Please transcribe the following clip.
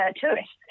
tourists